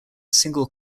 single